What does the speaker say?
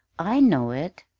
i know it,